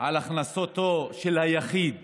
על הכנסתו של היחיד